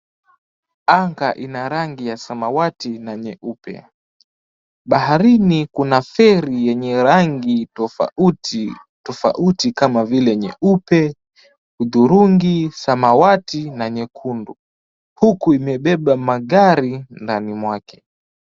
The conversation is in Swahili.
Anga ina rangi ya samawati na nyeupe. Baharini kuna feri yenye rangi tofauti tofauti, kama vile nyeupe, udhurungi, samawati, na nyekundu, huku imebeba magari ndani mwake.